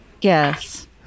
Yes